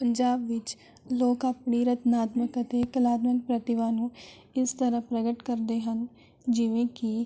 ਪੰਜਾਬ ਵਿੱਚ ਲੋਕ ਆਪਣੀ ਰਚਨਾਤਮਿਕ ਅਤੇ ਕਲਾਤਮਿਕ ਪ੍ਰਤਿਭਾ ਨੂੰ ਇਸ ਤਰ੍ਹਾਂ ਪ੍ਰਗਟ ਕਰਦੇ ਹਨ ਜਿਵੇਂ ਕਿ